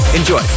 Enjoy